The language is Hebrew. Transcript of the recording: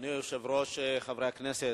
אדוני היושב-ראש, חברי הכנסת,